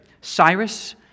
Cyrus